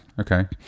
Okay